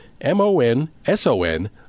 M-O-N-S-O-N